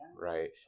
right